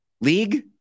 League